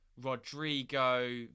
Rodrigo